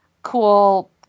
cool